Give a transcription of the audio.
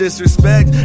Disrespect